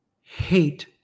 hate